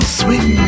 sweet